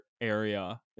area